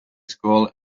school